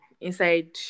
inside